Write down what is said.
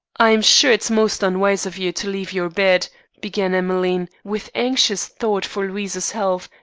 i'm sure it's most unwise of you to leave your bed began emmeline, with anxious thought for louise's health,